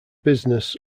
business